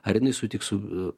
ar jinai sutiks su